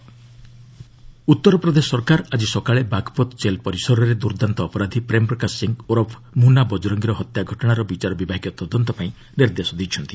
UP jail kill Uttar Pradesh ସରକାର ଆଜି ସକାଳେ ବାଘପତ ଜେଲ୍ ପରିସରରେ ଦୁର୍ଦ୍ଦାନ୍ତ ଅପରାଧୀ ପ୍ରେମ ପ୍ରକାଶ ସିଂ ଓରଫ୍ ମୁନା ବଜରଙ୍ଗିର ହତ୍ୟା ଘଟଣାର ବିଚାର ବିଭାଗୀୟ ତଦନ୍ତ ପାଇଁ ନିର୍ଦ୍ଦେଶ ଦେଇଛନ୍ତି